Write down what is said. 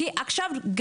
כי עכשיו,